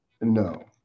no